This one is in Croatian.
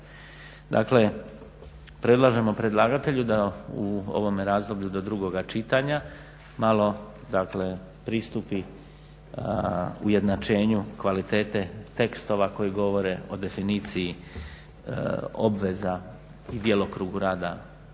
Dakle, predlažemo predlagatelju da u ovome razdoblju do drugoga čitanja malo, dakle pristupi ujednačenju kvalitete tekstova koji govore o definiciji obveza i djelokrugu rada